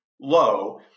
low